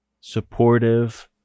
supportive